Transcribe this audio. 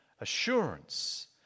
assurance